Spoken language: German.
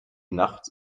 nachts